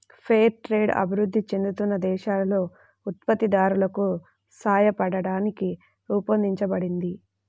fair trade అభివృద్ధి చెందుతున్న దేశాలలో ఉత్పత్తిదారులకు సాయపట్టానికి రూపొందించబడింది